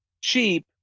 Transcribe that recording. cheap